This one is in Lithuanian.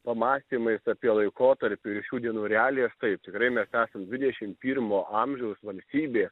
pamąstymais apie laikotarpį ir šių dienų realijas taip tikrai mes esam dvidešim pirmo amžiaus valstybė